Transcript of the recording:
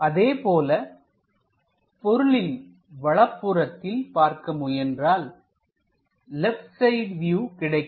அதேபோல பொருளின் வலதுபுறத்தில் பார்க்க முயன்றால்லெப்ட் சைடு வியூ கிடைக்கும்